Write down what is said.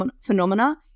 phenomena